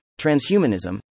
transhumanism